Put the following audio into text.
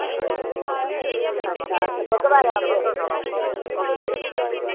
अच्छा कोह्के बारें औगे ठीक ऐ